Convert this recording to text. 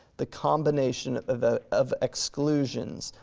the combination of ah of exclusions,